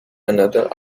another